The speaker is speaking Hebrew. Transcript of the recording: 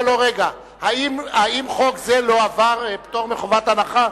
האם חוק זה לא עבר פטור מחובת הנחה?